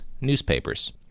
newspapers